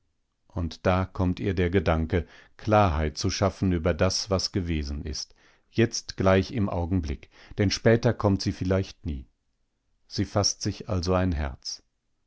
und da kommt ihr der gedanke klarheit zu schaffen über das was gewesen ist jetzt gleich im augenblick denn später kommt sie vielleicht nie sie faßt sich also ein herz